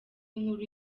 inkuru